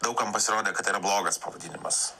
daug kam pasirodė kad yra blogas pavadinimas